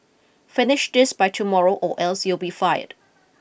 finish this by tomorrow or else you'll be fired